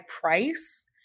price